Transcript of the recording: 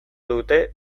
dute